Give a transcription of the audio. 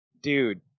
dude